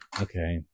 Okay